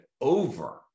over